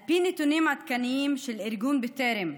על פי נתונים עדכניים של ארגון בטרם,